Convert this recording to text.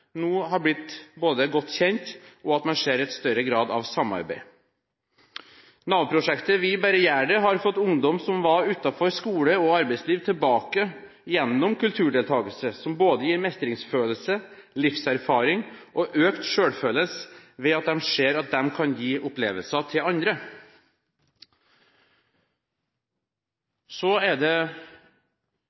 nå har blitt godt kjent, og man ser en større grad av samarbeid. Nav-prosjektet Vi bærre gjær det har fått ungdom som var utenfor skole og arbeidsliv, tilbake, gjennom kulturdeltakelse, som både gir mestringsfølelse, livserfaring og økt selvfølelse ved at de ser at de kan gi opplevelser til andre. Så er det